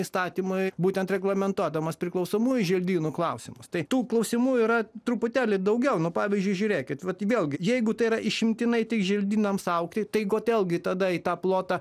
įstatymui būtent reglamentuodamas priklausomųjų želdynų klausimus tai tų klausimų yra truputėlį daugiau nu pavyzdžiui žiūrėkit vat vėlgi jeigu tai yra išimtinai tik želdynams augti tai kodėl gi tada į tą plotą